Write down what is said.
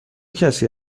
کسی